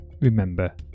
Remember